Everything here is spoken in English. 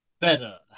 Better